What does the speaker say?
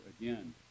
again